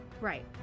Right